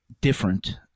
different